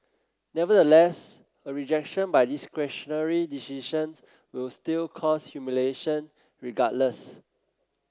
nevertheless a rejection by discretionary decisions will still cause humiliation regardless